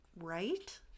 right